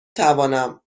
توانم